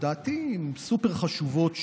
לדעתי סופר-חשובות,